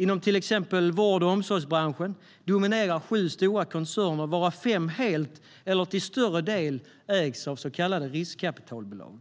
Inom till exempel vård och omsorgsbranschen dominerar sju stora koncerner, varav fem helt eller till större del ägs av så kallade riskkapitalbolag.